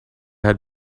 had